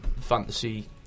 fantasy